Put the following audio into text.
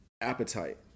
appetite